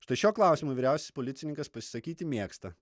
štai šiuo klausimu vyriausias policininkas pasisakyti mėgsta